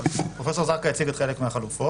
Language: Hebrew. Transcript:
פרופ' זרקא הציג חלק מהחלופות,